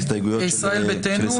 ההסתייגויות של ישראל ביתנו.